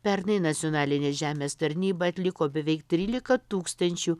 pernai nacionalinė žemės tarnyba atliko beveik trylika tūkstančių